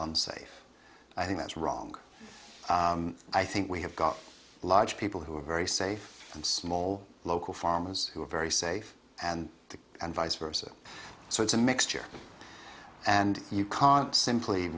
unsafe i think that's wrong i think we have got large people who are very safe and small local farmers who are very safe and and vice versa so it's a mixture and you can't simply